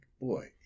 boy